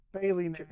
Bailey